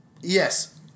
Yes